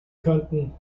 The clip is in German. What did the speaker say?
könnten